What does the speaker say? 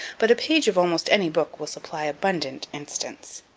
but a page of almost any book will supply abundant instance.